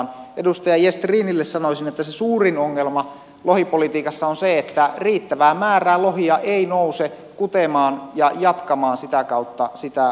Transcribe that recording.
edustaja gestrinille sanoisin että se suurin ongelma lohipolitiikassa on se että riittävää määrää lohia ei nouse kutemaan ja jatkamaan sitä kautta sitä omaa sukuaan